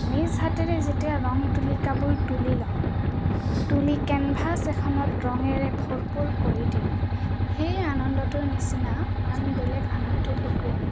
নিজ হাতেৰে যেতিয়া ৰং তুলিকাবোৰ তুলি লওঁ তুলি কেনভাছ এখনত ৰঙেৰে ভৰপূৰ কৰি দিম সেই আনন্দটোৰ নিচিনা আন বেলেগ আনন্দটো একোৱেই নাই